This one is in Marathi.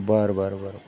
बरं बरं बरं